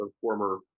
former